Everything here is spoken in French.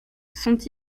sont